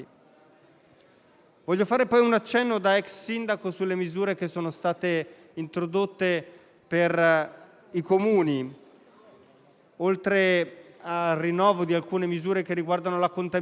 Voglio fare poi un accenno da ex sindaco sulle misure introdotte per i Comuni. Oltre al rinnovo di alcune misure che riguardano la contabilità,